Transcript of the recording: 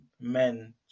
men